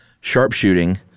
sharpshooting